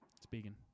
Speaking